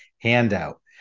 handout